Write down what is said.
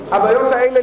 הבעיות האלה,